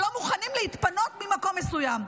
שלא מוכנים להתפנות ממקום מסוים?